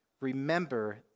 remember